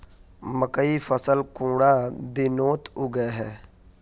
मकई फसल कुंडा दिनोत उगैहे?